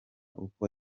uko